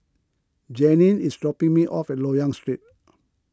Jeanine is dropping me off at Loyang Street